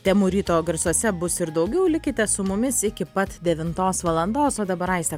temų ryto garsuose bus ir daugiau likite su mumis iki pat devintos valandos o dabar aiste